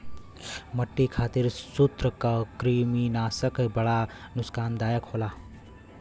मट्टी खातिर सूत्रकृमिनाशक बड़ा नुकसानदायक होला